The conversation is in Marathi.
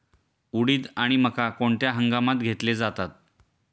उडीद आणि मका कोणत्या हंगामात घेतले जातात?